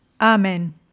Amen